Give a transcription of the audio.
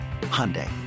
Hyundai